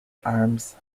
arms